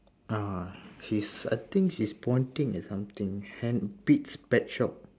ah she's I think she's pointing at something pete's pet shop